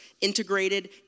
integrated